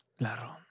Laron